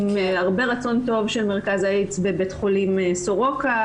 עם הרבה רצון טוב של מרכז האיידס בבית חולים סורוקה,